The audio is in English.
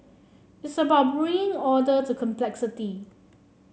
it's about bringing order to complexity